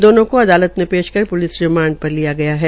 दोनों को अदालत में पेश कर पुलिस रिमांड पर लिया गया है